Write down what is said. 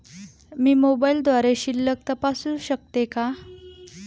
मी मोबाइलद्वारे शिल्लक तपासू शकते का?